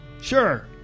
Sure